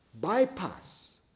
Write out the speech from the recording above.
bypass